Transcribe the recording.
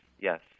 yes